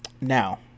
Now